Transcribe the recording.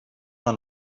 doch